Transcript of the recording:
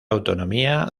autonomía